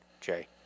Jay